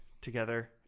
together